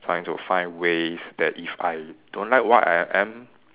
trying to find ways that if I don't like what I am